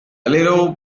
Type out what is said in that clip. little